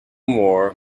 more